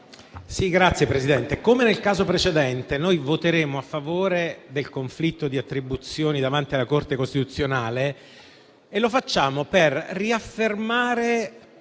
Signor Presidente, come nel caso precedente, noi voteremo a favore del conflitto di attribuzione davanti alla Corte costituzionale. Lo faremo per riaffermare